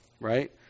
right